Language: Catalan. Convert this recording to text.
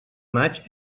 maig